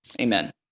Amen